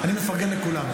אני מפרגן לכולם.